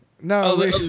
no